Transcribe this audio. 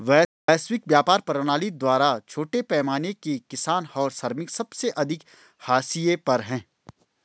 वैश्विक व्यापार प्रणाली द्वारा छोटे पैमाने के किसान और श्रमिक सबसे अधिक हाशिए पर हैं